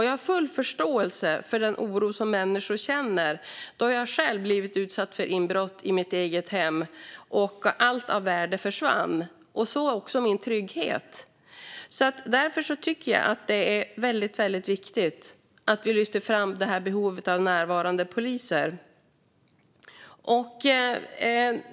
Jag har full förståelse för den oro som människor känner då jag själv blivit utsatt för inbrott i mitt eget hem och allt av värde försvann, så också min trygghet. Därför tycker jag att det är väldigt viktigt att lyfta fram behovet av närvarande poliser.